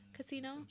Casino